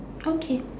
okay